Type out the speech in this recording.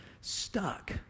stuck